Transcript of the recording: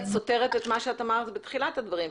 את סותרת את מה שאמרת בתחילת הדברים.